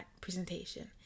presentation